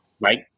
Right